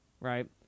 right